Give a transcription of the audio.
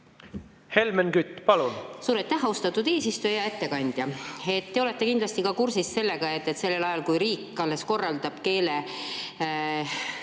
Helmen Kütt, palun!